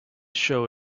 show